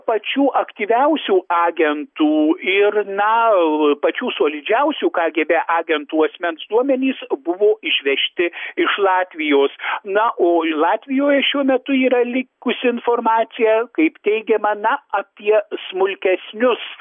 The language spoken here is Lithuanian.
pačių aktyviausių agentų ir na pačių solidžiausių kagėbė agentų asmens duomenys buvo išvežti iš latvijos na o latvijoje šiuo metu yra likusi informacija kaip teigiama na apie smulkesnius